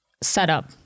setup